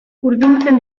urdintzen